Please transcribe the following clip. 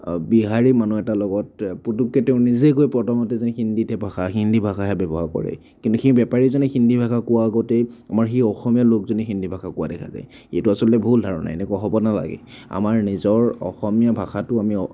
বিহাৰী মানুহ এটাৰ লগত পুটুককৈ তেওঁ নিজেই গৈ প্ৰথমতে যদি হিন্দীতে ভাষা হিন্দী ভাষাহে ব্যৱহাৰ কৰে কিন্তু সেই বেপাৰীজনে হিন্দী ভাষা কোৱাৰ আগতেই আমাৰ সেই অসমীয়া লোকজনেই হিন্দী ভাষা কোৱা দেখা যায় এইটো আচলতে ভুল ধাৰণা এনেকুৱা হ'ব নালাগে আমাৰ নিজৰ অসমীয়া ভাষাটো আমি